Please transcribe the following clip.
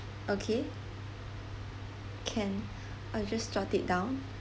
okay can I just jot it down